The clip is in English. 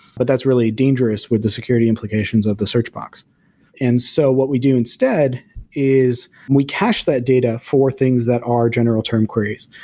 but that's really dangerous with the security implications of the search box and so what we do instead is we cache that data for things that are general term queries.